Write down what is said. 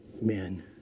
men